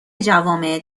جوامع